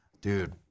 Dude